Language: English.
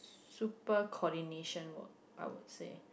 super coordination work I would say